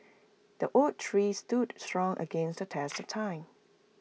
the oak tree stood strong against the test of time